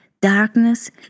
darkness